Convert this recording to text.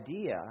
idea